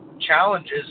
challenges